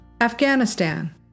Afghanistan